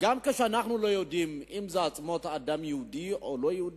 גם כשאנחנו לא יודעים אם זה עצמות אדם יהודי או לא-יהודי.